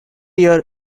year